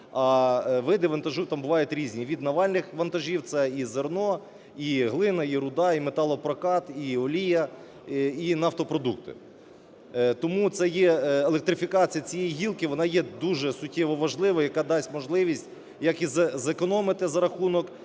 А види вантажу там бувають різні: від навальних вантажів – це і зерно, і глина, і руда, і металопрокат, і олія, і нафтопродукти. Тому це є… електрифікація цієї гілки, вона є дуже, суттєво важлива, яка дасть можливість як і зекономити за рахунок